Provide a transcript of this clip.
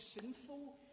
sinful